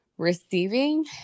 Receiving